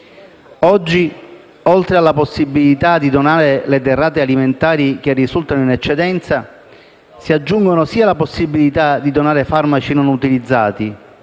Oggi, oltre alla possibilità di donare le derrate alimentari che risultano in eccedenza, si aggiungono sia la possibilità di donare farmaci non utilizzati